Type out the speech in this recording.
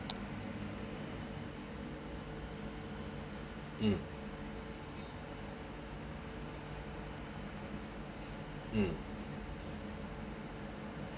mm mm